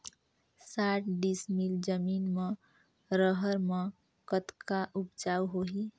साठ डिसमिल जमीन म रहर म कतका उपजाऊ होही?